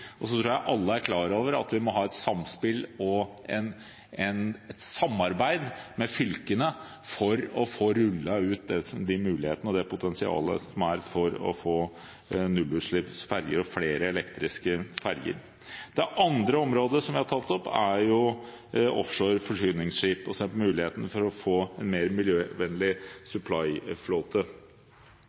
Så tror jeg alle er klare over at vi må ha et samspill og et samarbeid med fylkene for å få rullet ut de mulighetene og det potensialet som er for å få nullutslippsferjer og flere elektriske ferjer. Det andre området vi har tatt opp, er offshore forsyningsskip og muligheten for å få en mer miljøvennlig